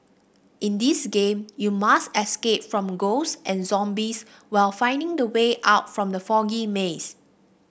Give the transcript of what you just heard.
in this game you must escape from ghosts and zombies while finding the way out from the foggy maze